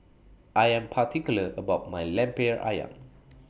I Am particular about My Lemper Ayam